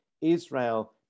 Israel